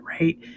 right